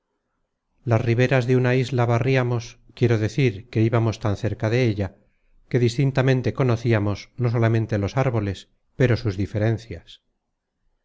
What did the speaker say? las riberas de una isla barriamos quiero decir que íbamos tan cerca de ella que distintamente conociamos no solamente los árboles pero sus diferencias